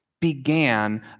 began